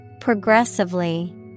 Progressively